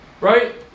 right